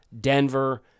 Denver